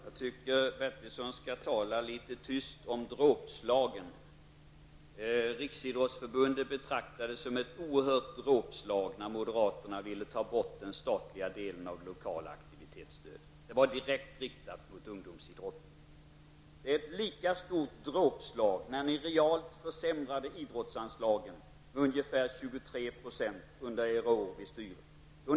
Herr talman! Jag tycker att Bertilsson skall tala litet tyst om dråpslagen. Riksidrottsförbundet betraktade det som ett oerhört dråpslag när moderaterna ville ta bort den statliga delen av det lokala aktivitetsstödet. Det var direkt riktat mot ungdomsidrotten. Det var ett lika stort dråpslag när moderaterna realt försämrade idrottsanslagen med ungefär 23 % under de år de styrde.